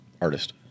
artist